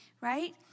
right